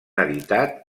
editat